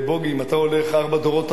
אם אתה הולך ארבעה דורות אחורה,